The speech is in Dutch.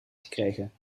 gekregen